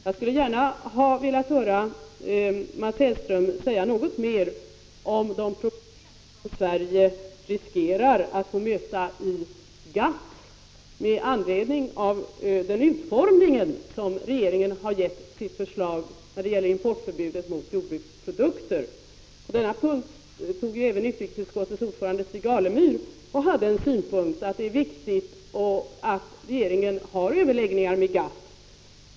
Jag skulle gärna ha velat höra Mats Hellström säga något mera om de problem som Sverige riskerar att få möta i GATT med anledning av den utformning som regeringen har gett sitt förslag när det gäller förbudet mot import av jordbruksprodukter. Denna fråga tog ju även utrikesutskottets ordförande Stig Alemyr upp och hade åsikten att det är viktigt att regeringen har överläggningar med GATT.